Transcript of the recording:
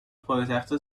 پایتخت